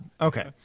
Okay